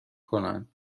کنند